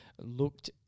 looked